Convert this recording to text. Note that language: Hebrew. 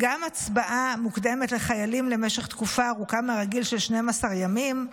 הצבעה מוקדמת לחיילים למשך תקופה ארוכה מהרגיל של 12 ימים,